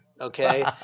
Okay